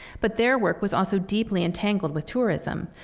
but their work was also deeply entangled with tourism.